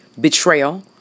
Betrayal